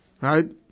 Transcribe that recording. Right